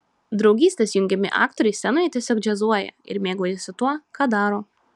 draugystės jungiami aktoriai scenoje tiesiog džiazuoja ir mėgaujasi tuo ką daro